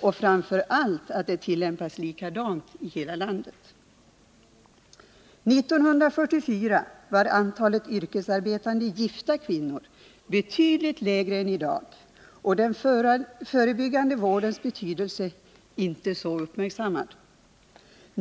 och framför allt är det viktigt att lagen tillämpas likadant i hela landet. 1944 var antalet yrkesarbetande gifta kvinnor betydligt lägre än i dag och den förebyggande vårdens betydelse inte så uppmärksammad.